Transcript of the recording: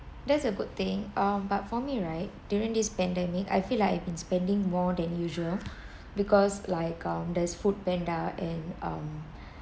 that's a good thing um but for me right during this pandemic I feel like I've been spending more than usual because like um there's foodpanda and um